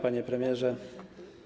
Panie Premierze!